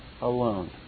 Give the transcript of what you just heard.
alone